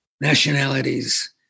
nationalities